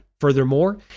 Furthermore